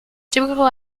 typical